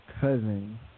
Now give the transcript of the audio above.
cousin